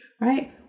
right